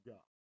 God